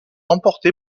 remportée